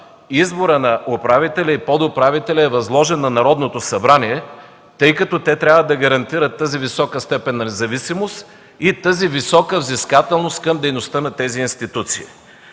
изборът на управителя и подуправителя е възложен на Народното събрание, тъй като те трябва да гарантират тази висока степен на независимост и тази висока взискателност към дейността на тези институции.